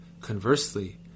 Conversely